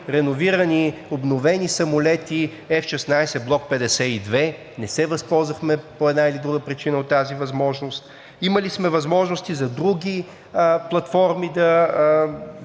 реновирани, обновени самолети F-16 Block 52. Не се възползвахме по една или друга причина от тази възможност. Имали сме възможности за други платформи да